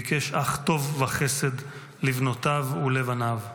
ביקש אך טוב וחסד לבנותיו ולבניו.